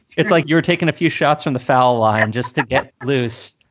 it's like you're taking a few shots from the foul line just to get loose.